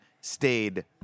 stayed